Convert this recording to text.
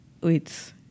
wait